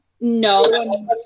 no